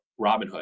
Robinhood